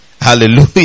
Hallelujah